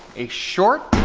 a short,